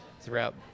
throughout